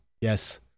Yes